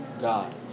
God